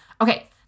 Okay